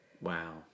Wow